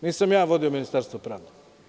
Nisam ja vodio Ministarstvo pravde.